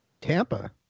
Tampa